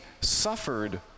suffered